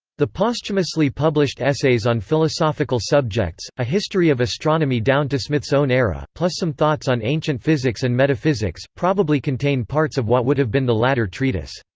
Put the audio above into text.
the posthumously published essays on philosophical subjects, a history of astronomy down to smith's own era, plus some thoughts on ancient physics and metaphysics, probably contain parts of what would have been the latter treatise.